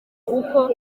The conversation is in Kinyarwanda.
uko